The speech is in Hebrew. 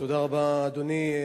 תודה רבה, אדוני.